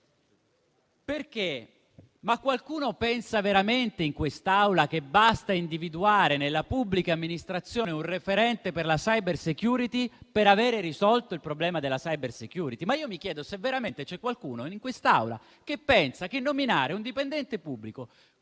risorse. Qualcuno pensa veramente, in quest'Aula, che basti individuare nella pubblica amministrazione un referente per la *cybersecurity* per aver risolto il problema della *cybersecurity*? Mi chiedo se veramente c'è qualcuno in quest'Aula che pensa che nominare un dipendente pubblico